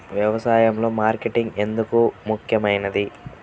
వ్యసాయంలో మార్కెటింగ్ ఎందుకు ముఖ్యమైనది?